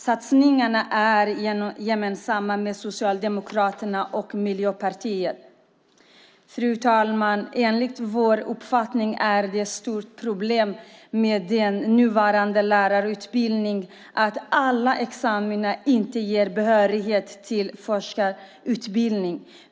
Satsningarna är gemensamma med Socialdemokraterna och Miljöpartiet. Fru talman! Enligt vår uppfattning är det ett stort problem med den nuvarande lärarutbildningen att alla examina inte ger behörighet till forskarutbildning.